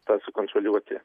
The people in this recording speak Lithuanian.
tą sukontroliuoti